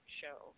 show